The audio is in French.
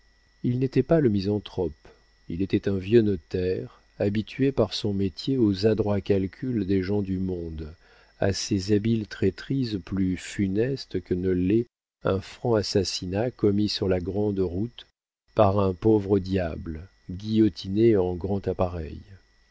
il n'était pas le misanthrope il était un vieux notaire habitué par son métier aux adroits calculs des gens du monde à ces habiles traîtrises plus funestes que ne l'est un franc assassinat commis sur la grande route par un pauvre diable guillotiné en grand appareil